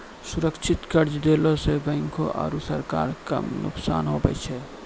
सुरक्षित कर्जा देला सं बैंको आरू सरकारो के कम नुकसान हुवै छै